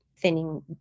thinning